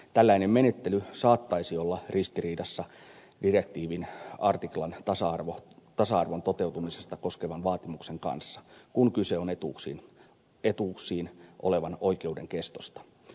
tällainen menettely saattaisi olla ristiriidassa direktiivin artiklan tasa arvon toteutumisesta koskevan vaatimuksen kanssa kun kyse on etuuksiin olevan oikeuden kestosta